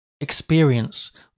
experience